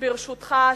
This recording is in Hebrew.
ברשותך,